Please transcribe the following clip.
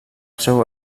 seu